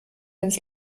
ins